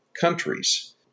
countries